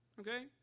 Okay